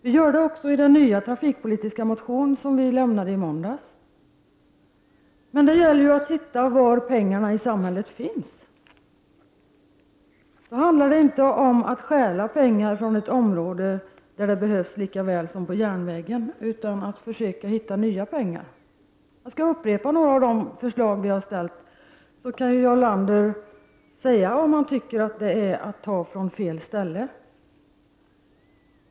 Vi gör det också i den nya trafikpolitiska motion som vi lämnade i måndags. Det gäller då att veta var i samhället pengarna finns. Men det handlar inte om att stjäla pengar från ett område där de behövs lika väl som till järnvägen, utan att försöka hitta nya pengar. Jag skall upprepa några av de förslag som vi har framställt, så kan Jarl Lander säga om han tycker att det är fel ställe att ta pengar från.